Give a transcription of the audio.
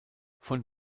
von